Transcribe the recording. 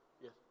yes